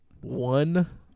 one